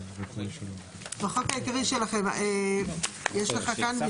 בחוק העיקרי שלכם, יש לך כאן.